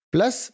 Plus